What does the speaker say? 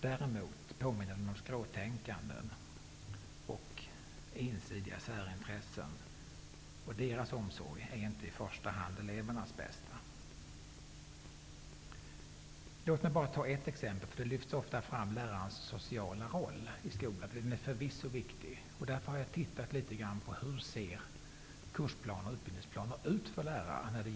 Däremot påminner den om skråtänkande och ensidiga särintressen. Deras omsorg är inte i första hand elevernas bästa. Låt mig ta ett exempel. Lärarens sociala roll lyfts ofta fram. Den är förvisso viktig. Därför har jag tittat litet grand på hur kurs och utbildningsplaner ser ut för lärare.